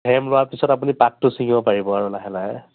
frame লোৱা পিছত আপুনি পাতটো ছিঙিব পাৰিব আৰু লাহে লাহে